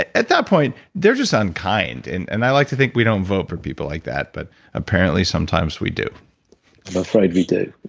at that point, they're just unkind. and and i like to think we don't vote for people like that, but apparently sometimes we do i'm afraid we do.